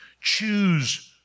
Choose